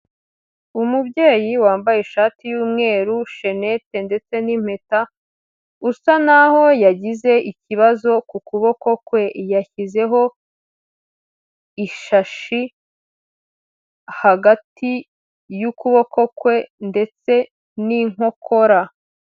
Umubyeyi wambaye ishati y'umweru, shenete ndetse n'impeta usa naho yagize ikibazo ku kuboko kwe, yashyizeho ishashi hagati y'ukuboko kwe ndetse n'inkokora.